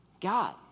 God